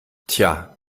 tja